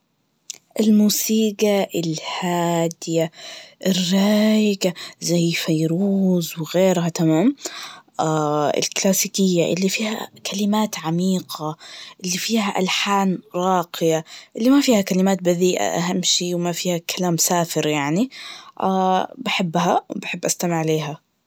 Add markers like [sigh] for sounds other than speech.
الموسيجى الهادية, الرايجة, زي فيروز وغيرها, تمام؟ [hesitation] الكلاسيكية اللي فيه كلمات عميقة, اللي فيها ألحان راقية, اللي ما فيها كلمات بذيئة أهم شي, وما فيه كلام سافر يعني, [hesitation] بحبها, وبحب أستمع ليها.